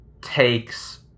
takes